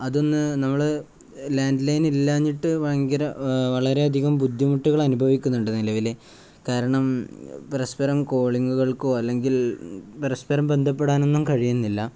അതൊന്ന് നമ്മള് ലാൻഡ്ലൈൻ ഇല്ലാഞ്ഞിട്ട് ഭയങ്കരം വളരെയധികം ബുദ്ധിമുട്ടുകൾ അനുഭവിക്കുന്നുണ്ട് നിലവില് കാരണം പരസ്പരം കോളിംഗുകൾക്കോ അല്ലെങ്കിൽ പരസ്പരം ബന്ധപ്പെടാനൊന്നും കഴിയുന്നില്ല